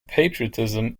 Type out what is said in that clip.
patriotism